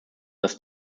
das